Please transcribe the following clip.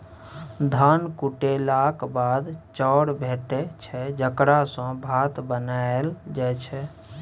धान कुटेलाक बाद चाउर भेटै छै जकरा सँ भात बनाएल जाइ छै